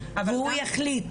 והוא יחליט.